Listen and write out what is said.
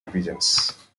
divisions